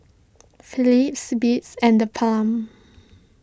Philips Beats and theBalm